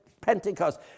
Pentecost